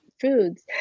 foods